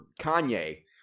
Kanye